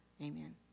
Amen